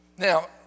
Now